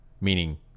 Meaning